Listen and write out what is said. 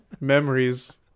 memories